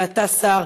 ואתה שר,